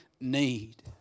Need